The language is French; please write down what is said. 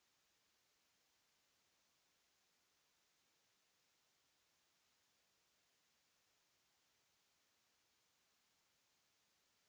...